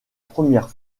première